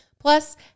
Plus